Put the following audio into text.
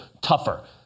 tougher